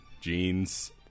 jeans